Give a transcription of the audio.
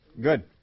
good